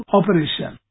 operation